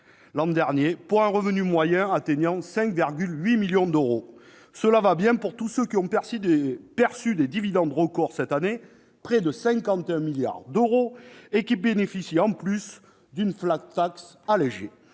l'an dernier, pour un revenu moyen atteignant 5,8 millions d'euros. Cela va bien pour tous ceux qui ont perçu des dividendes records cette année, près de 51 milliards d'euros, et qui bénéficient en plus d'une allégée.